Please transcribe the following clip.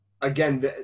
Again